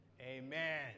Amen